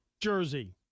jersey